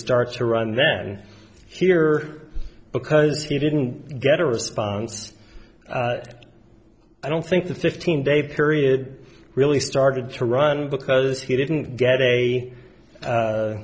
starts to run then here because he didn't get a response i don't think the fifteen day period really started to run because he didn't get a